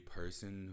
person